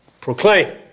Proclaim